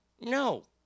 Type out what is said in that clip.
No